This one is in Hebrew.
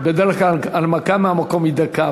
בדרך כלל הנמקה מהמקום היא דקה,